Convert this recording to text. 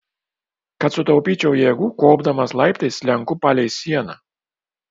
kad sutaupyčiau jėgų kopdamas laiptais slenku palei sieną